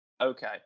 okay